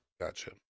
Gotcha